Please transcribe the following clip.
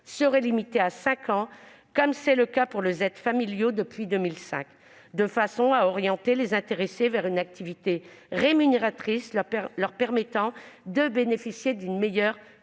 serait limitée à cinq ans, comme c'est le cas pour les aides familiaux depuis 2005, de façon à orienter les intéressés vers une activité rémunératrice leur permettant de bénéficier d'une meilleure